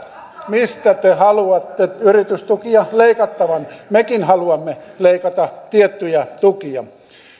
mistä te haluatte yritystukia leikattavan mekin haluamme leikata tiettyjä tukia